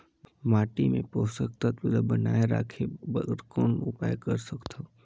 माटी मे पोषक तत्व ल बनाय राखे बर कौन उपाय कर सकथव?